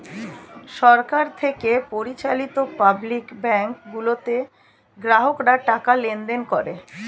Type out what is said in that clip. সরকার থেকে পরিচালিত public bank গুলোতে গ্রাহকরা টাকা লেনদেন করে